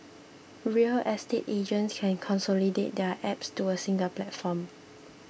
real estate agents can consolidate their apps to a single platform